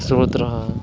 स्रोत रहा है